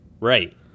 right